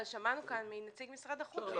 אבל שמענו כאן מנציג משרד החוץ שיש התקפה כזאת.